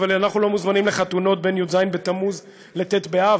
אבל אנחנו לא מוזמנים לחתונות בין י"ז בתמוז לט' באב.